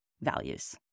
values